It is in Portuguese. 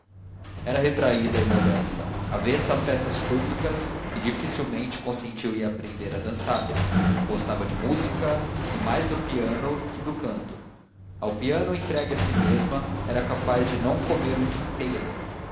era retraída e modesta avessa a festas públicas e dificilmente consentiu em aprender a dançar gostava de música e mais do piano que do canto ao piano entregue a si mesma era capaz de não comer um dia inteiro